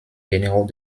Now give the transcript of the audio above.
généraux